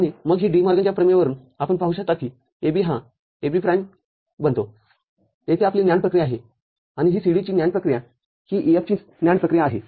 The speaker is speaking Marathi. आणि मग डी मॉर्गनच्या प्रमेयवरून आपण पाहू शकता की AB हा AB प्राईम बनतो येथे आपली NAND प्रक्रिया आहेआणि ही CD ची NAND प्रक्रियाही E F ची NAND प्रक्रिया आहे